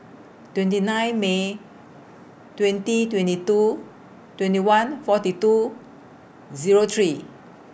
twenty nine May twenty twenty two twenty one forty two Zero three